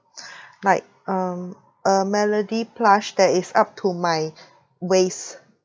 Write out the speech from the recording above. like um a melody plush that is up to my waist